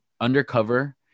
undercover